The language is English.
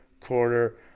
quarter